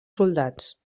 soldats